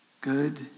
Good